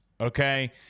okay